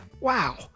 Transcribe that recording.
wow